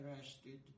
arrested